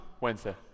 Wednesday